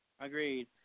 Agreed